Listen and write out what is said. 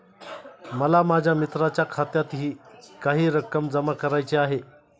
मला माझ्या मित्राच्या खात्यातही काही रक्कम जमा करायची आहे